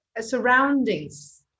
surroundings